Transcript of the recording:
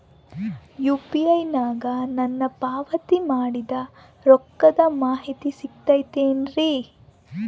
UPI ನಾಗ ನಾನು ಪಾವತಿ ಮಾಡಿದ ರೊಕ್ಕದ ಮಾಹಿತಿ ಸಿಗುತೈತೇನ್ರಿ?